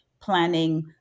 planning